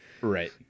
Right